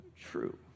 true